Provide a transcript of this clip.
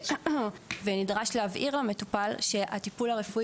ונדרש להבהיר למטופל שהטיפול הרפואי